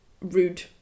rude